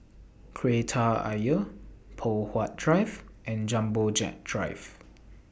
Kreta Ayer Poh Huat Drive and Jumbo Jet Drive